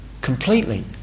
completely